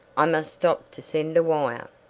i must stop to send a wire.